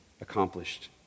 accomplished